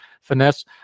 finesse